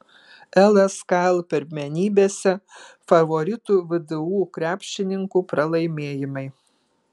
lskl pirmenybėse favoritų vdu krepšininkų pralaimėjimai